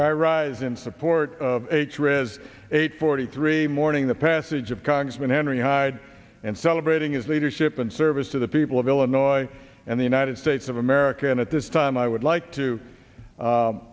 i rise in support of ribs eight forty three mourning the passage of congressman henry hyde and celebrating his leadership and service to the people of illinois and the united states of america and at this time i would like to